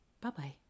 bye-bye